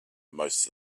most